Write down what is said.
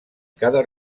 cada